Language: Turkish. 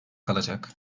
kalacak